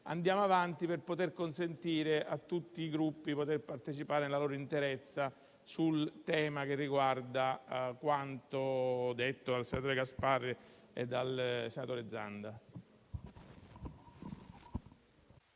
andare avanti per poter consentire a tutti i Gruppi di poter partecipare nella loro interezza al tema che riguarda quanto detto dai senatori Gasparri e Zanda.